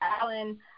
Alan